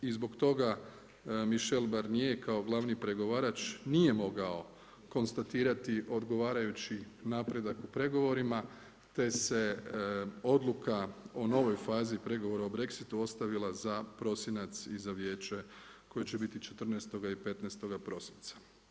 I zbog toga Michel Barnier kao glavni pregovarač nije mogao konstatirati odgovarajući napredak u pregovorima te se odluka o novoj fazi pregovora o Brexitu ostavila za prosinac i za vijeće koje će biti 14. i 15. prosinca.